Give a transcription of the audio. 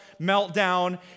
meltdown